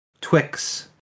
Twix